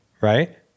right